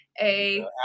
a-